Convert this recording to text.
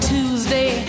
Tuesday